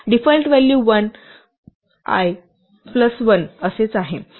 default value 1 i i1 असेच आहे